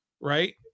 right